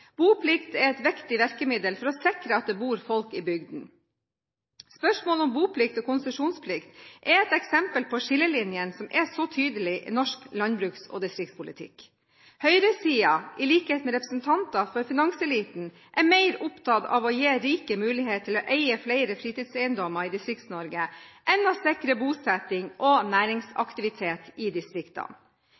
Boplikt er et viktig virkemiddel for å sikre at det bor folk i bygdene. Spørsmålet om boplikt og konsesjonsplikt er et eksempel på skillelinjene som er så tydelige i norsk landbruks- og distriktspolitikk. Høyresiden – i likhet med representanter for finanseliten – er mer opptatt av å gi rike mulighet til å eie flere fritidseiendommer i Distrikts-Norge enn å sikre bosetting og næringsaktivitet i distriktene.